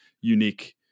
unique